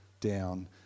down